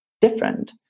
different